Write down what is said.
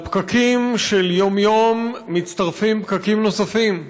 לפקקים של יום-יום מצטרפים פקקים נוספים.